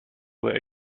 were